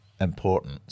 important